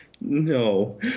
no